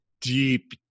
deep